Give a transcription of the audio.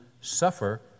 suffer